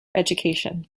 education